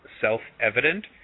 self-evident